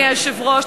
אדוני היושב-ראש.